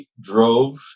drove